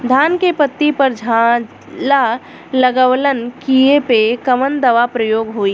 धान के पत्ती पर झाला लगववलन कियेपे कवन दवा प्रयोग होई?